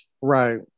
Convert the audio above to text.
Right